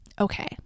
Okay